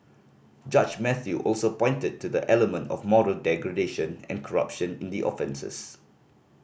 judge Mathew also pointed to the element of moral degradation and corruption in the offences